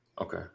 Okay